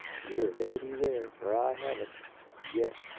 you're ahead of me there, for i haven't yet.